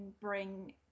bring